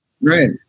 right